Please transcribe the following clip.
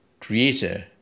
creator